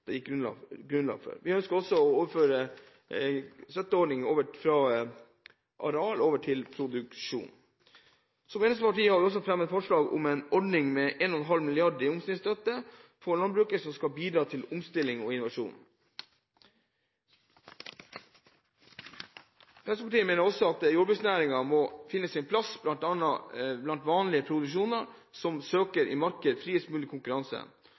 grunnlag for. Vi ønsker også å overføre en støtteordning fra areal til produksjon. Som eneste parti har vi fremmet forslag om en ordning med 1,5 mrd. kr i omstillingsstøtte for landbruket, som skal bidra til omstilling og innovasjon. Fremskrittspartiet mener at jordbruksnæringen må finne sin plass blant vanlige produksjoner som søker et marked i så fri konkurranse